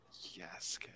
Yes